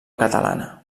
catalana